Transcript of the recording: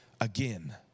again